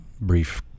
brief